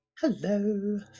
Hello